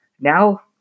Now